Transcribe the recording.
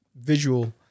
visual